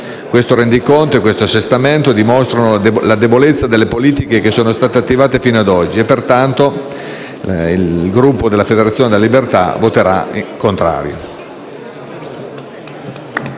Questo rendiconto e questo assestamento dimostrano la debolezza delle politiche che sono state attivate fino ad oggi e pertanto il Gruppo della Federazione della libertà esprimerà voto contrario.